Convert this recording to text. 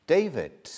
David